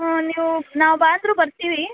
ಹ್ಞೂ ನೀವು ನಾವು ಬಾ ಅಂದರೂ ಬರ್ತೀವಿ